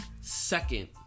second